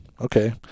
okay